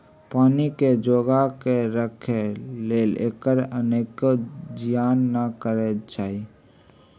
पानी के जोगा कऽ राखे लेल एकर अनेरो जियान न करे चाहि